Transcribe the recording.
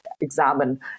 examine